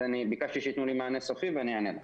ביקשתי שיתנו לי מענה סופי ואני אענה לך.